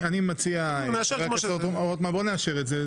אני מציע, בואו נאשר את זה.